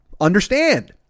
understand